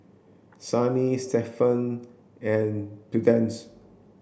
Sannie Shepherd and Prudence